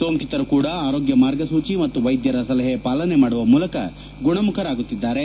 ಸೋಂಕಿತರು ಕೂಡ ಆರೋಗ್ಯ ಮಾರ್ಗಸೂಚ ಮತ್ತು ವೈದ್ಯರ ಸಲಹೆ ಪಾಲನೆ ಮಾಡುವ ಮೂಲಕ ಗುಣಮುಖರಾಗುತ್ತಿದ್ದಾರೆ